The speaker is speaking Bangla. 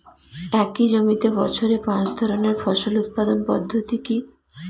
একই জমিতে বছরে পাঁচ ধরনের ফসল উৎপাদন পদ্ধতি কী?